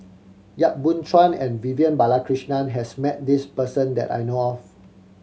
Yap Boon Chuan and Vivian Balakrishnan has met this person that I know of